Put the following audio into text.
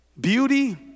beauty